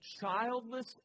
childless